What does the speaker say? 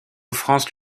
france